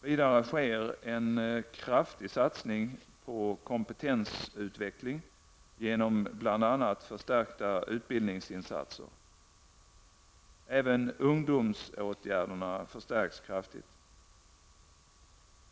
Vidare sker en kraftig satsning på kompetensutveckling genom bl.a. förstärkta utbildningsinsatser. Även ungdomsåtgärderna förstärks kraftigt.